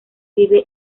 vive